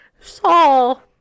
Saul